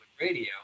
Radio